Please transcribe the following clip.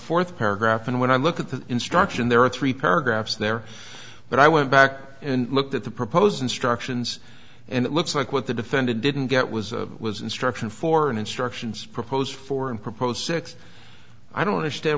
fourth paragraph and when i look at the instruction there are three paragraphs there but i went back and looked at the proposed instructions and it looks like what the defendant didn't get was was instruction for instructions proposed for him propose six i don't understand